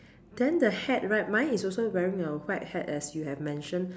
then the hat right mine is also wearing a white hat as you have mentioned